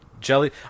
Jelly